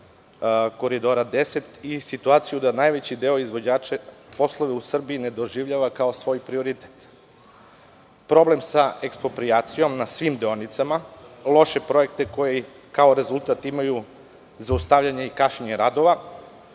Koridora 10 i situaciju da najveći deo izvođača poslove u Srbiji ne doživljava kao svoj prioritet, problem sa eksproprijacijom na svim deonicama, loše projekte koji kao rezultat imaju zaustavljanje i kašnjenje radova,